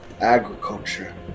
agriculture